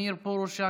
מאיר פרוש,